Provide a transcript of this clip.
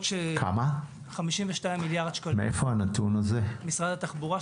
זה נתון של משרד התחבורה,